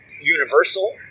universal